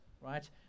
right